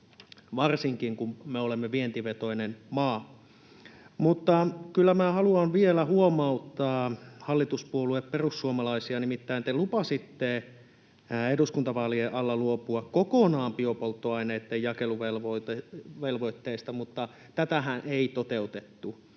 varsinkin kun me olemme vientivetoinen maa. Kyllä minä haluan vielä huomauttaa hallituspuolue perussuomalaisia. Nimittäin te lupasitte eduskuntavaalien alla luopua kokonaan biopolttoaineitten jakeluvelvoitteesta, mutta tätähän ei toteutettu.